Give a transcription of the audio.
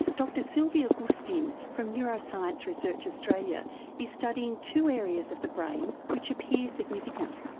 dr sylvia gustin from neuroscience research australia is studying two areas of the brain which appear significant.